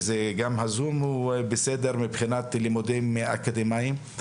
וגם הזום הוא בסדר מבחינת לימודים אקדמיים.